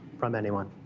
from anyone.